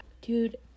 Dude